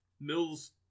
Mills